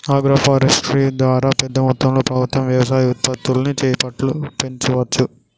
agro forestry ద్వారా పెద్ద మొత్తంలో ప్రభుత్వం వ్యవసాయ ఉత్పత్తుల్ని చెట్లను పెంచవచ్చు